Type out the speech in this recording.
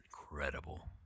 incredible